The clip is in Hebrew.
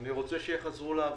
אני רוצה שיחזרו לעבודה.